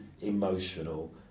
emotional